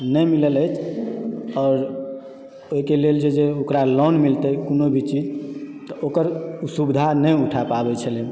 नहि मिलल अछि आओर ओहिके लेल जे छै ओकरा लोन मिलतय कोनो भी चीज तऽ ओकर सुविधा नहि उठैयपाबैत छलय